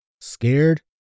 scared